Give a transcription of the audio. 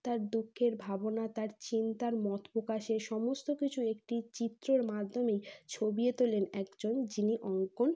তার দুঃখের ভাবনা তার চিন্তার মত প্রকাশের সমস্ত কিছু একটি চিত্রের মাধ্যমেই ছবিও তোলেন একজন যিনি অঙ্কন